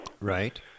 Right